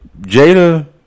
Jada